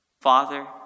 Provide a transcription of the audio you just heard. Father